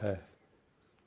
ਹੈ